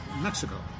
Mexico